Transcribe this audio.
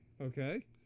Okay